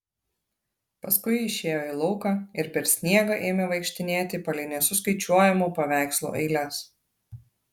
paskui išėjo į lauką ir per sniegą ėmė vaikštinėti palei nesuskaičiuojamų paveikslų eiles